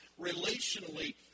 relationally